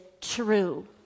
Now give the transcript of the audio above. true